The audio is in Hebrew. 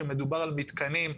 שמדובר על מתקנים בינוניים,